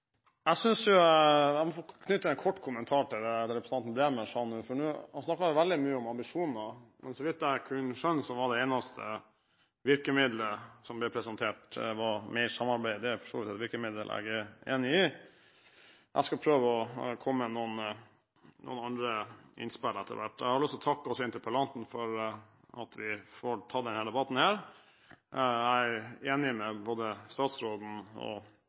Jeg synes jeg må få knytte en kort kommentar til det representanten Bremer sa nå, for han snakket veldig mye om ambisjoner. Men så vidt jeg kunne skjønne, var det eneste virkemiddelet som ble presentert, mer samarbeid. Det er for så vidt et virkemiddel jeg er enig i. Jeg skal prøve å komme med noen andre innspill etter hvert. Jeg har også lyst til å takke interpellanten for at vi får tatt denne debatten. Jeg er enig med både statsråden og